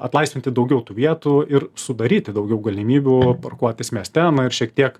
atlaisvinti daugiau tų vietų ir sudaryti daugiau galimybių parkuotis mieste na ir šiek tiek